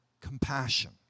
compassion